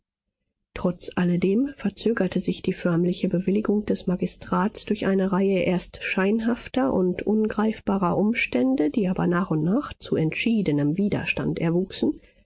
trotz alledem verzögerte sich die förmliche bewilligung des magistrats durch eine reihe erst scheinhafter und ungreifbarer umstände die aber nach und nach zu entschiedenem widerstand erwuchsen